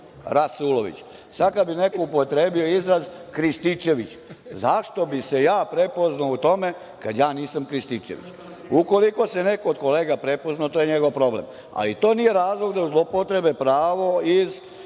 Rasulović. Sada kada bi neko upotrebio izraz Krističević, zašto bi se ja prepoznao u tome kada ja nisam Krističević. Ukoliko se neko od kolega prepoznao to je njegov problem, ali to nije razlog da zloupotrebe pravo iz